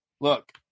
look